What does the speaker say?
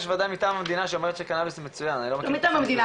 רגע, מה זה פרסומות?